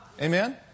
Amen